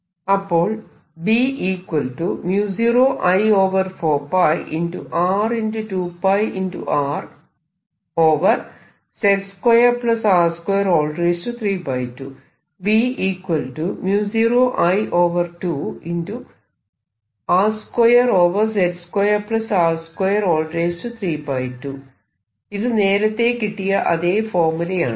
അപ്പോൾ ഇത് നേരത്തെ കിട്ടിയ അതെ ഫോർമുലയാണ്